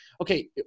okay